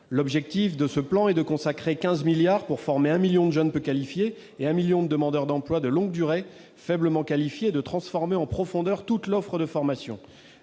L'objectif de ce plan est de consacrer 15 milliards d'euros à la formation de 1 million de jeunes peu qualifiés et de 1 million de demandeurs d'emploi de longue durée faiblement qualifiés, et de transformer en profondeur toute l'offre de formation.